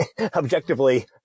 objectively –